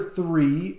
three